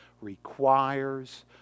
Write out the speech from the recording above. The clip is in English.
requires